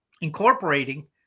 incorporating